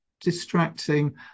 distracting